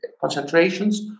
concentrations